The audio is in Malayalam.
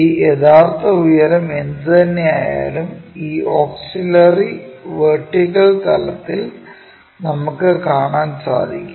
ഈ യഥാർത്ഥ ഉയരം എന്തുതന്നെയായാലും ഈ ഓക്സിലറി വെർട്ടിക്കൽ തലത്തിൽ നമുക്ക് കാണാൻ സാധിക്കും